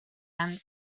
and